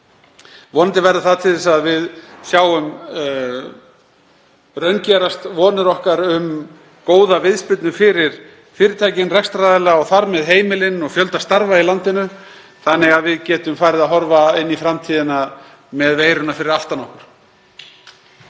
Vonandi verður það til þess að við sjáum raungerast vonir okkar um góða viðspyrnu fyrir fyrirtækin, rekstraraðila og þar með heimilin og fjölda starfa í landinu þannig að við getum farið að horfa inn í framtíðina með veiruna fyrir aftan okkur.